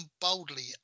boldly